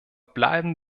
bleiben